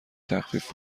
تخفیف